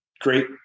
Great